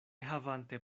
havante